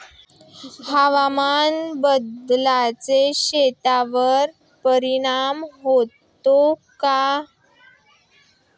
हवामान बदलाचा शेतीवर परिणाम होतो का?